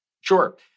Sure